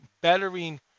bettering